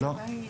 לא.